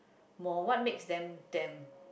more what makes them damn